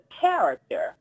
character